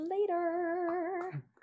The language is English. later